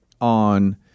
on